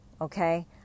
okay